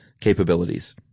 capabilities